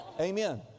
Amen